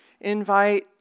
invite